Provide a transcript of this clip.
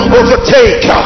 overtake